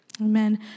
Amen